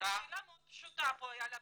שאלה מאוד פשוטה פה על הפרק.